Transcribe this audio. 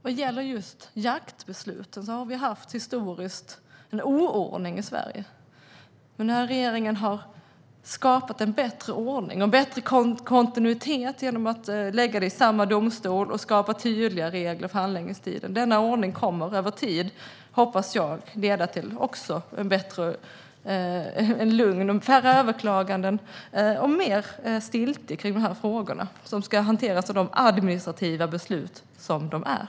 Vad gäller just jaktbesluten har vi historiskt sett haft en oordning i Sverige. Denna regering har skapat en bättre ordning och en bättre kontinuitet genom att lägga dessa beslut i samma domstol och skapa tydliga regler för handläggningstider. Jag hoppas att denna ordning över tid också kommer att leda till färre överklaganden och mer stiltje kring dessa frågor, som ska hanteras som de administrativa beslut som de är.